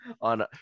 on